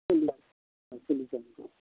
চল্লিছজন